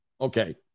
Okay